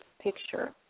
picture